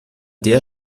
der